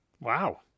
Wow